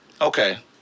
Okay